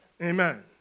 Amen